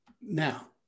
Now